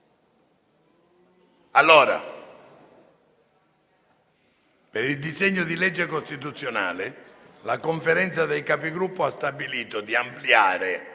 Per il disegni di legge costituzionale la Conferenza dei Capigruppo ha stabilito di ampliare